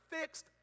fixed